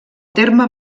terme